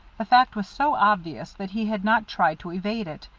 the fact was so obvious that he had not tried to evade it,